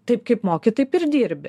taip kaip moki taip ir dirbi